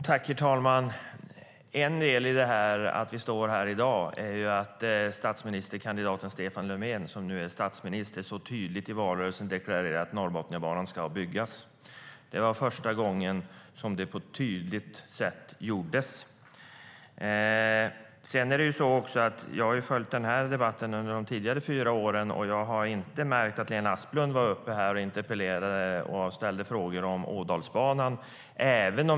Herr talman! En del i att vi står här i dag är att statsministerkandidaten Stefan Löfven, som nu är statsminister, deklarerade så tydligt i valrörelsen att Norrbotniabanan ska byggas. Det var första gången det gjordes på ett tydligt sätt. Jag har följt den här debatten under de senaste fyra åren, och jag har inte märkt att Lena Asplund har varit här och interpellerat eller ställt frågor om Ådalsbanan.